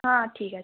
হ্যাঁ ঠিক আছে